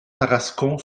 tarascon